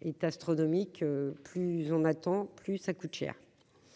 est astronomique, plus on attend, plus ça coûte cher,